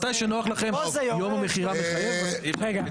מתי שנוח לכם, יום המכירה --- אוקיי.